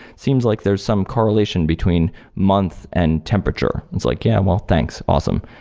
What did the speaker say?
seems like there's some correlation between month and temperature. it's like, yeah. well, thanks. awesome.